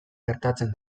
gertatzen